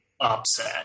upset